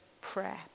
prayer